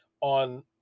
on